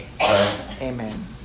Amen